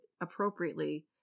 appropriately